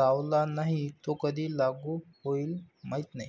लावला नाही, तो कधी लागू होईल माहीत नाही